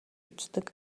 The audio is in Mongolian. үздэг